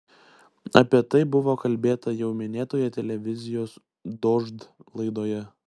apie tai buvo kalbėta jau minėtoje televizijos dožd laidoje